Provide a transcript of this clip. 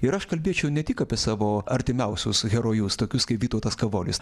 ir aš kalbėčiau ne tik apie savo artimiausius herojus tokius kaip vytautas kavolis